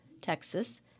Texas